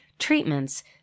treatments